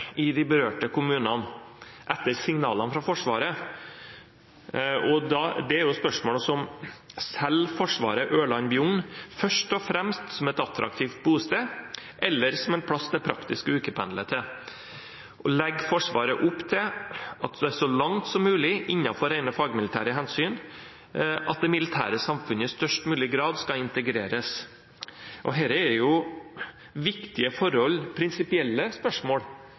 i de berørte kommunene etter signalene fra Forsvaret. Det fører jo til spørsmål som: Selger Forsvaret Ørland/Bjugn først og fremst som et attraktivt bosted, eller som en plass det er praktisk å ukependle til? Legger Forsvaret opp til – så langt som mulig innenfor rene fagmilitære hensyn – at det militære samfunnet i størst mulig grad skal integreres? Dette er viktige prinsipielle spørsmål